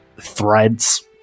threads